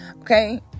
Okay